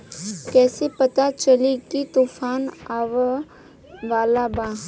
कइसे पता चली की तूफान आवा वाला बा?